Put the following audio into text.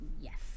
Yes